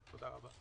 תודה.